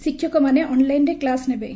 ଶିକ୍ଷକମାନେ ଅନଲାଇନରେ କ୍ଲୁସ ନେବେ